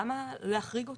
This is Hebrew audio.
למה להחריג אותם?